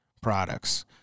products